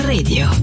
Radio